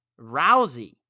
Rousey